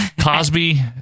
cosby